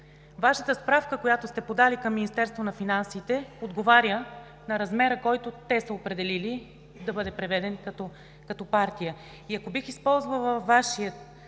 Вашата справка, която сте подали към Министерството на финансите, отговаря на размера, който те са определили да Ви бъде преведен като партия? И ако бих използвала Вашия